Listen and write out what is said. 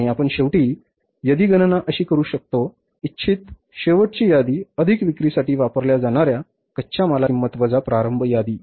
आणि आपण शेवटची यादिगणना कशी करू शकता इच्छित शेवटची यादि अधिक विक्रीसाठी वापरल्या जाणार्या कच्च्या मालाची किंमत वजा प्रारंभ यादी